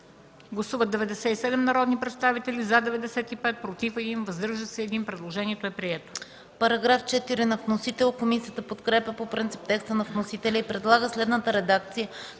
Гласували 97 народни представители: за 96, против няма, въздържал се 1. Предложението е прието.